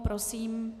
Prosím.